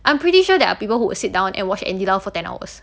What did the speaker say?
I'm pretty sure there are people who would sit down and watch andy lau for ten hours